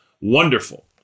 wonderful